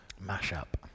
Mash-up